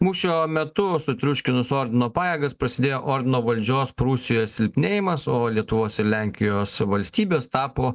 mūšio metu sutriuškinus ordino pajėgas prasidėjo ordino valdžios prūsijoje silpnėjimas o lietuvos ir lenkijos valstybės tapo